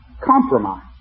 Compromise